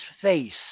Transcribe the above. face